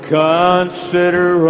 consider